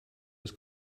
was